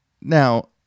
Now